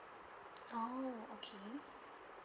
oh okay